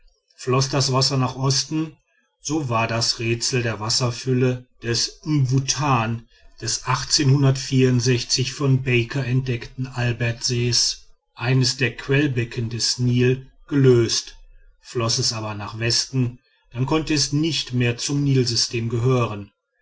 floß das wasser nach osten so war das rätsel der wasserfülle des mwutan des von baker entdeckten albertsees eines der quellbecken des nil gelöst floß es aber nach westen dann konnte es nicht mehr zum nilsystem gehören